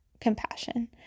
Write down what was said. compassion